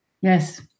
yes